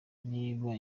niba